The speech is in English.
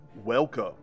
Welcome